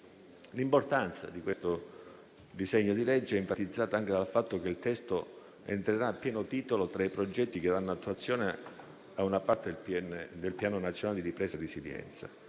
L'importanza di questo disegno di legge è enfatizzata anche dal fatto che il testo entrerà a pieno titolo tra i progetti che danno attuazione a una parte del Piano nazionale di ripresa e resilienza.